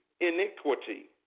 iniquity